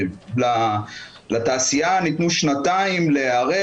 לתעשייה ניתנו שנתיים להיערך.